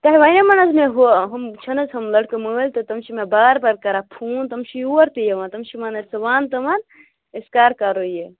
تۄہہِ ونٮ۪ومَو نہَ حظ مےٚ ہُہ ہُم چھِنہٕ حظ ہُم لٔڑکہٕ مٲلۍ تِم چھِ مےٚ بار بار کَران فون تِم چھِ یور تہِ یِوان تِم چھِ وَنان ژٕ وَن تِمن أسۍ کَر کرو یہِ